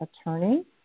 attorney